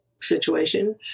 situation